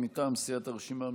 מטעם סיעת הרשימה המשותפת,